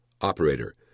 Operator